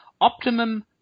optimum